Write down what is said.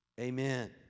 amen